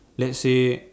let's say